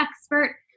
expert